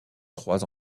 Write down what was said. trois